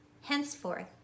Henceforth